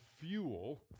fuel